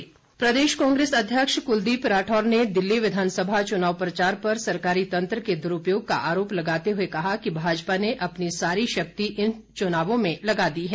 राठौर प्रदेश कांग्रेस अध्यक्ष कुलदीप राठौर ने दिल्ली विधानसभा चुनाव प्रचार पर सरकारी तंत्र के दुरुपयोग का आरोप लगाते हुए कहा है कि भाजपा ने अपनी सारी शक्ति इन चुनावों में लगा दी है